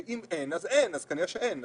אם אין אז אין, אז כנראה שאין.